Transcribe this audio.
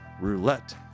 roulette